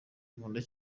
nkunda